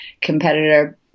competitor